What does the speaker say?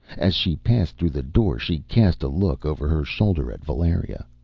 as she passed through the door she cast a look over her shoulder at valeria,